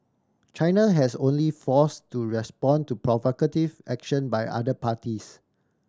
China has only force to respond to provocative action by other parties